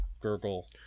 gurgle